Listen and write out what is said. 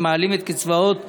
שמעלים את קצבאות הנכים.